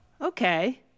okay